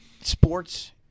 sports